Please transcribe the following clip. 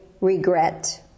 regret